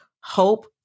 Hope